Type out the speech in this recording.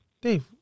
Dave